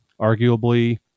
arguably